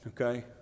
okay